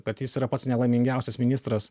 kad jis yra pats nelaimingiausias ministras